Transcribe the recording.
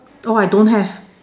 oh I don't have